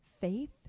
faith